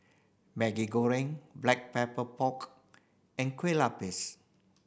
Maggi Goreng Black Pepper Pork and Kueh Lupis